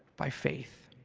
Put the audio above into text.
by faith.